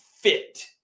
fit